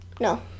No